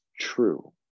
true